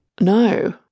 No